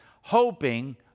hoping